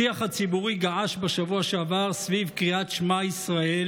השיח הציבורי געש בשבוע שעבר סביב קריאת שמע ישראל